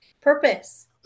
purpose